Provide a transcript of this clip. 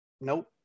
Nope